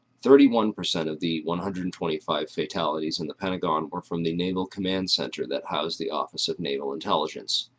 thirty one percent of the one hundred and twenty five fatalities in the pentagon were from the naval command center that housed the office of naval intelligence.